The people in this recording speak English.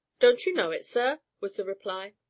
don't you know it, sir? was the reply.